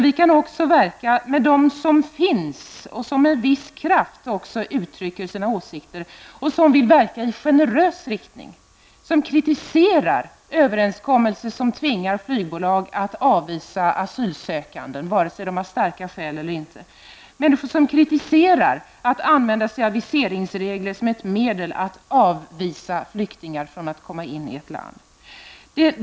Vi kan också verka tillsammans med dem som med viss kraft uttrycker sina åsikter, som verkligen vill föra en generös flyktingpolitik och som kritiserar överenskommelser som tvingar flygbolag att avvisa asylsökande, vare sig deras skäl för att få asyl är starka eller inte. Det är människor som framför kritik mot användande av aviseringsregler som ett medel att avvisa flyktingar som vill komma in i ett visst land.